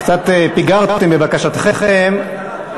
שתקבע ועדת הכנסת נתקבלה.